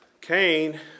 Cain